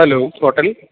hello hotel